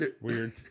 weird